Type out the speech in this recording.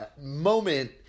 moment